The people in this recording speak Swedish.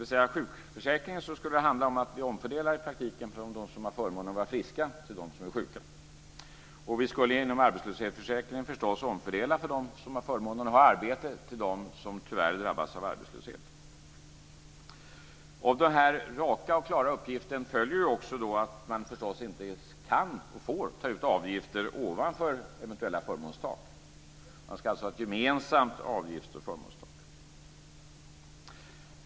I sjukförsäkringen skulle det alltså i praktiken handla om att omfördela från dem som har förmånen att vara friska till dem som är sjuka. Vi skulle inom arbetslöshetsförsäkringen förstås omfördela från dem som har förmånen att ha arbete till dem som tyvärr drabbas av arbetslöshet. Av den här raka och klara uppgiften följer förstås också att man inte då kan, och får, ta ut, avgifter ovanför eventuella fömånstak. Man ska alltså ha ett gemensamt avgifts och förmånstak.